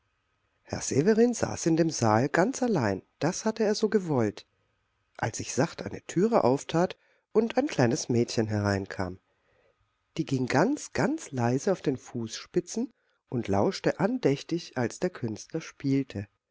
herr severin saß in dem saal ganz allein das hatte er so gewollt als sich sacht eine türe auftat und ein kleines mädchen hereinkam die ging ganz ganz leise auf den fußspitzen und lauschte andächtig als der künstler spielte